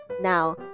Now